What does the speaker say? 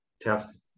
taps